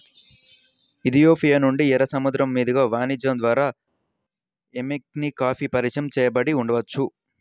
Ethiopia నుండి, ఎర్ర సముద్రం మీదుగా వాణిజ్యం ద్వారా ఎమెన్కి కాఫీ పరిచయం చేయబడి ఉండవచ్చు